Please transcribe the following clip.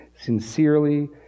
sincerely